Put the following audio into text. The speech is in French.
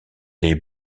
lait